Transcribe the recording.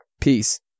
Peace